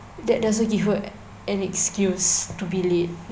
that doesn't give her an excuse to be late